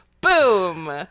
Boom